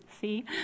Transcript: See